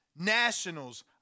nationals